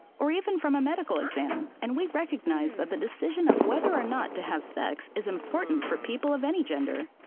or even from a medical exam, and we recognize that the decision of whether or not to have sex is important for people of any gender.